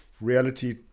reality